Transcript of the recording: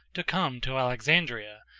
to come to alexandria,